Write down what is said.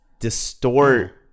Distort